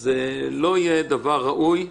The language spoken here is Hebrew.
זה לא יהיה דבר ראוי.